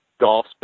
golf